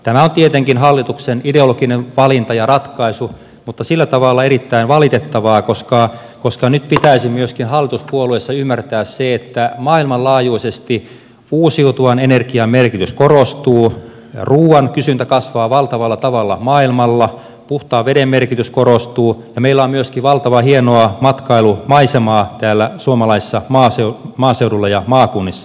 tämä on tietenkin hallituksen ideologinen valinta ja ratkaisu mutta sillä tavalla erittäin valitettavaa koska nyt pitäisi myöskin hallituspuolueissa ymmärtää se että maailmanlaajuisesti uusiutuvan energian merkitys korostuu ja ruuan kysyntä kasvaa valtavalla tavalla maailmalla puhtaan veden merkitys korostuu ja meillä on myöskin valtavan hienoa matkailumaisemaa täällä suomalaisella maaseudulla ja maakunnissa